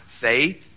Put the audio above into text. faith